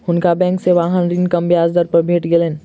हुनका बैंक से वाहन ऋण कम ब्याज दर पर भेट गेलैन